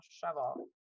shovel